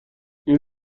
این